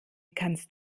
kannst